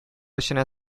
эченә